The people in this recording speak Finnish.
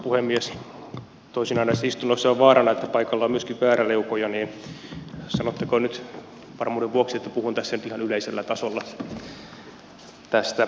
toisinaan näissä istunnoissa on vaarana että paikalla on myöskin vääräleukoja niin sanottakoon nyt varmuuden vuoksi että puhun tässä nyt ihan yleisellä tasolla tästä aiheesta